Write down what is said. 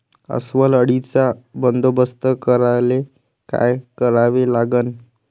अस्वल अळीचा बंदोबस्त करायले काय करावे लागन?